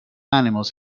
animals